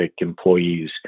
employees